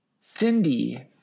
Cindy